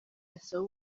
yasaba